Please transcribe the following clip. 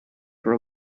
for